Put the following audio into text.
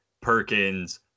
Perkins